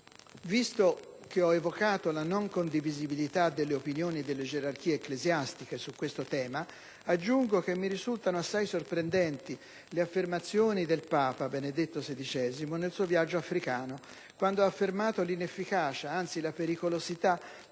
visto che ho evocato la non condivisibilità delle opinioni delle gerarchie ecclesiastiche su questo tema, aggiungo che mi risultano assai sorprendenti le affermazioni del Papa Benedetto XVI, nel suo viaggio africano, quando ha affermato l'inefficacia, anzi la pericolosità,